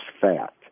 fat